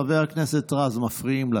חבר הכנסת רז, אתם מפריעים לה.